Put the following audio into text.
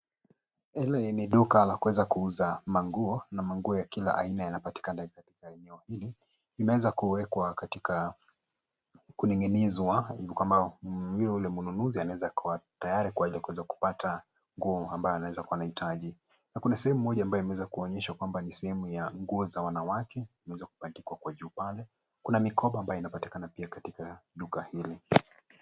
Hili ni duka la kuweza kuuza manguo na manguo ya kila aina yanapatikana katika eneo hili. Limeweza kuwekwa katika kuning'inizwa ili kwamba yule mnunuzi anaweza kuwa tayari kuweza kupata nguo ambayo anaweza kuwa anahitaji. Na kuna sehemu moja imeweza kuonyeshwa kuwa kwamba ni sehemu ya nguo za wanawake zimeweza kubandikwa kwa juu pale. Kuna mikoba poa ambayo inaweza kupatikana katika duka hili.